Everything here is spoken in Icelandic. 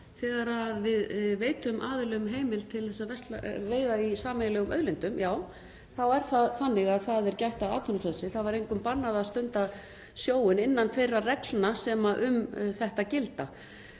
þegar við veitum aðilum heimild til að veiða úr sameiginlegum auðlindum. Já, þá er það þannig að það er gætt að atvinnufrelsi. Það var engum bannað að stunda sjóinn innan þeirra reglna sem um þetta gilda.